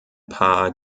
paar